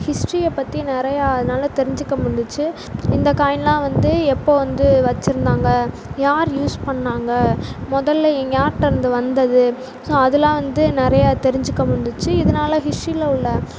ஹிஸ்ட்ரியை பற்றி நிறையா நல்லா தெரிஞ்சிக்க முடிஞ்சிச்சு இந்த காயின்லான் வந்து எப்போ வந்து வச்சிருந்தாங்க யாரு யூஸ் பண்ணாங்க முதல்ல யார்கிட்ட இருந்து வந்தது ஸோ அதலான் வந்து நிறையா தெரிஞ்சிக்க முடிஞ்சிச்சு இதனால் ஹிஸ்ட்ரியில் உள்ள